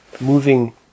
moving